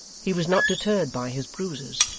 he was not deterred by his bruises,